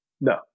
No